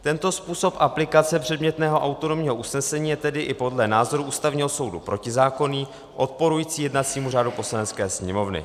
Tento způsob aplikace předmětného autonomního usnesení je tedy i podle názoru Ústavního soudu protizákonný, odporující jednacímu řádu Poslanecké sněmovny.